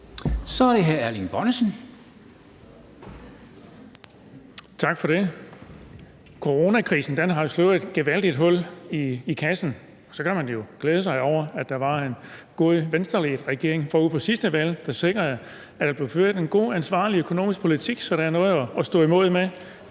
Kl. 00:16 Erling Bonnesen (V): Tak for det. Coronakrisen har jo slået et gevaldigt hul i kassen. Så kan man jo glæde sig over, at der var en god Venstreledet regering forud for sidste valg, hvilket sikrede, at der blev ført en god, ansvarlig økonomisk politik, så der er noget at stå imod med.